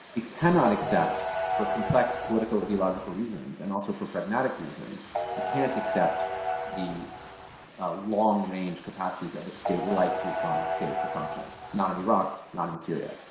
it cannot accept, for complex, political, ideological reasons, and also for pragmatic reasons it can't accept the ah long-range capacities of a state like the islamic state to function, not in iraq, not in syria.